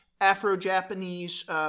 Afro-Japanese